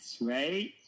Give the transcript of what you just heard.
right